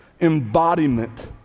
embodiment